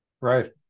right